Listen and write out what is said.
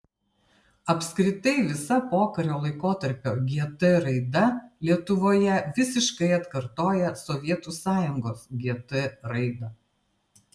apskritai visa pokario laikotarpio gt raida lietuvoje visiškai atkartoja sovietų sąjungos gt raidą